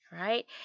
right